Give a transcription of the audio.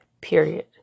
period